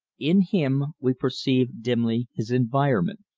in him we perceive dimly his environment.